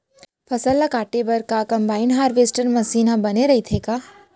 फसल ल काटे बर का कंबाइन हारवेस्टर मशीन ह बने रइथे का?